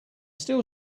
still